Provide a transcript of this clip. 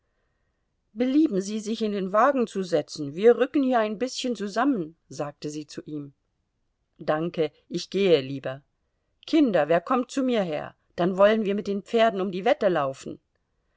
belieben sie sich in den wagen zu setzen wir rücken hier ein bißchen zusammen sagte sie zu ihm danke ich gehe lieber kinder wer kommt zu mir her dann wollen wir mit den pferden um die wette laufen